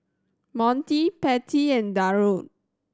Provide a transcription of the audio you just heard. Monty Patty and Darold